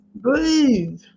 Breathe